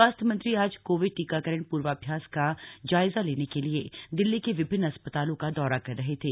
स्वास्थ्य मंत्री आज कोविड टीकाकरण प्र्वाभ्यास का जायजा लेने के लिए दिल्ली के विभिन्न अस्पतालों का दौरा कर रहे थे